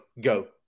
go